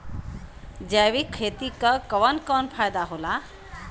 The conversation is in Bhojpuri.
जैविक खेती क कवन कवन फायदा होला?